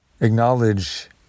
acknowledge